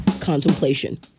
contemplation